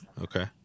Okay